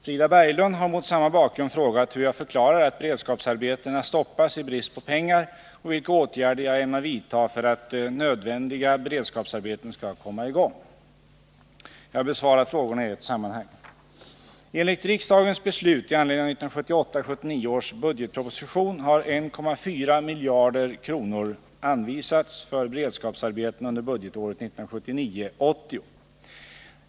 Frida Berglund har mot samma bakgrund frågat hur jag förklarar att beredskapsarbetena stoppas i brist på pengar och vilka åtgärder jag ämnar vidta för att nödvändiga beredskapsarbeten skall komma i gång. Jag besvarar frågorna i ett sammanhang. Enligt riksdagens beslut i anledning av 1978 80.